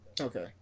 Okay